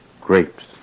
Grapes